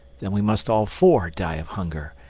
then we must all four die of hunger,